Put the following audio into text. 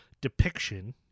depiction